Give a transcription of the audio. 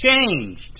changed